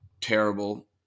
terrible